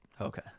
Okay